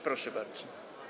Proszę bardzo.